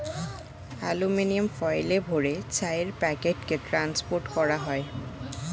aluminium ফয়েলে ভরে চায়ের প্যাকেটকে ট্রান্সপোর্ট করা হয়